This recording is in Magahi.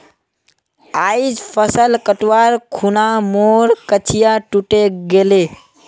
आइज फसल कटवार खूना मोर कचिया टूटे गेले